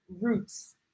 roots